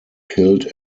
killed